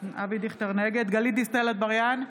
נגד גלית דיסטל אטבריאן,